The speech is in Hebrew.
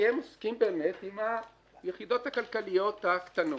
כי הם עוסקים עם היחידות הכלכליות הקטנות.